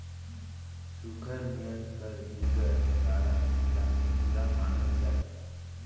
सुग्घर मेल कर बिगर गाड़ा ल अधुरा मानल जाथे